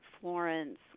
Florence